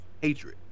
hatred